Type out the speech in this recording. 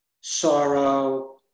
sorrow